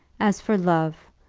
as for love,